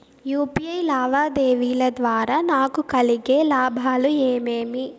UPI లావాదేవీల ద్వారా నాకు కలిగే లాభాలు ఏమేమీ?